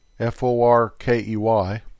f-o-r-k-e-y